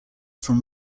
from